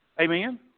Amen